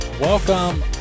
Welcome